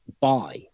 buy